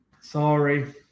Sorry